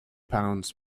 pounds